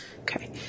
Okay